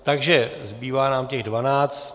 Takže zbývá nám těch dvanáct.